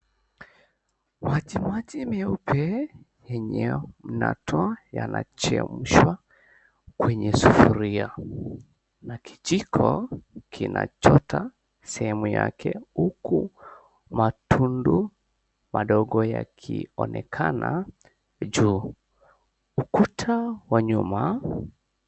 Majimaji meupe yenye yanatoa yanachemshwa kwenye sufuria na kijiko kinachota sehemu yake huku matundu madogo yakionekana juu ukuta wa nyuma.